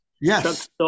Yes